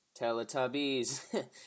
Teletubbies